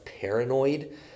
paranoid